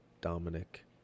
Dominic